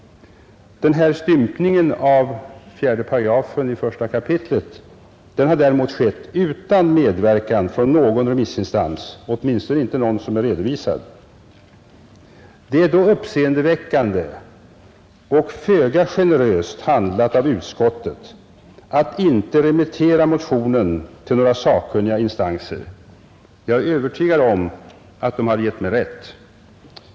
Den här stympningen av 1 kap. 4 § har däremot skett utan medverkan från någon remissinstans, åtminstone inte någon som är redovisad. Det är då uppseendeväckande och föga generöst handlat av utskottet att inte remittera motionen till några sakkunniga instanser. Jag är övertygad om att de hade gett mig rätt.